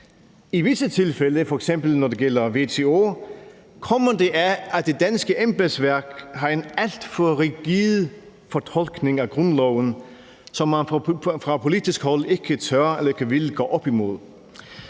I visse tilfælde, f.eks. når det gælder WTO, kommer det af, at det danske embedsværk har en alt for rigid fortolkning af grundloven, som man fra politisk hold ikke tør eller ikke vil gå op imod,